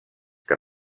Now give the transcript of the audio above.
que